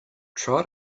try